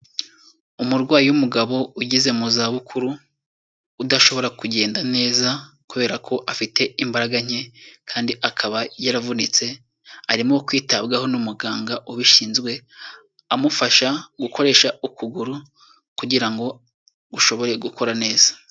Umurwayi w'umugabo ugeze mu zabukuru, udashobora kugenda neza kubera ko afite imbaraga nke kandi akaba yaravunitse, arimo kwitabwaho n'umuganga ubishinzwe, amufasha gukoresha ukuguru kugira ngo gushobore gukora neza.